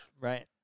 right